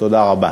תודה רבה.